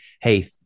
Hey